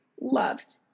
Loved